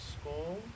school